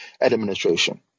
administration